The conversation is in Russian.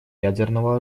ядерного